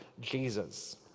Jesus